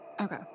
Okay